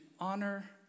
Honor